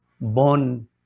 born